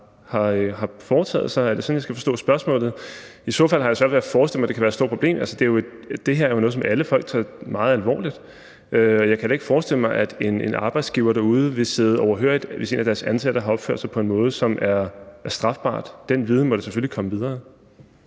har foretaget sig? Er det sådan, jeg skal forstå spørgsmålet? I så fald har jeg svært ved at forestille mig, at det skulle være et stort problem. Det her er jo noget, som alle folk tager meget alvorligt, og jeg kan da ikke forestille mig, at en arbejdsgiver derude vil sidde overhørig, hvis en ansat har opført sig på en måde, som er strafbar, for den viden må da selvfølgelig komme videre.